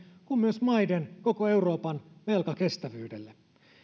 kuin myös maiden koko euroopan velkakestävyyteen